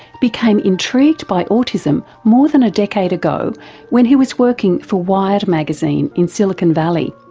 became intrigued by autism more than a decade ago when he was working for wired magazine in silicon valley.